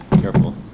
careful